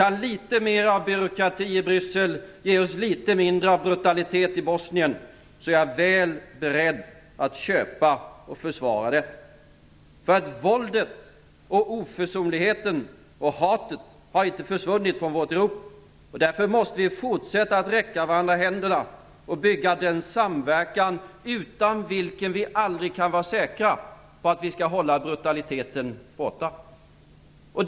Kan litet mer av byråkrati i Bryssel ge oss litet mindre av brutalitet i Bosnien, är jag väl beredd att köpa och försvara den byråkratin. Våldet, oförsonligheten och hatet har nämligen inte försvunnit från vårt Europa. Därför måste vi fortsätta att räcka varandra handen och bygga den samverkan utan vilken vi aldrig kan vara säkra på att vi kan hålla brutaliteten borta.